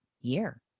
year